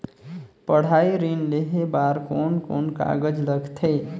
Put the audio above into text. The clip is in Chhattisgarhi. पढ़ाई ऋण लेहे बार कोन कोन कागज लगथे?